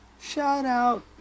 Shout-out